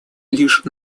лишь